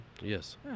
Yes